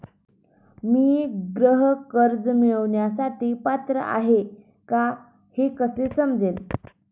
मी गृह कर्ज मिळवण्यासाठी पात्र आहे का हे कसे समजेल?